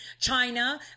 China